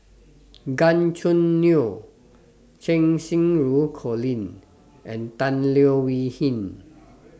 Gan Choo Neo Cheng Xinru Colin and Tan Leo Wee Hin